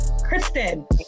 Kristen